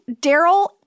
Daryl